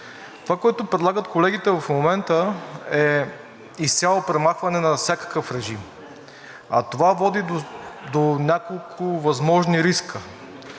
Това, което предлагат колегите в момента, е изцяло премахване на всякакъв режим. А това води до няколко възможни риска.